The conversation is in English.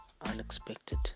unexpected